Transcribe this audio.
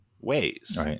ways